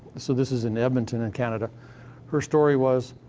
so this is in edmonton, in canada her story was,